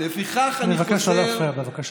אני מבקש לא להפריע, בבקשה.